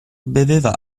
beveva